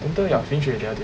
dental ya finish already I did